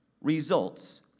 results